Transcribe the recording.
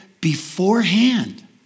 beforehand